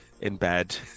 in-bed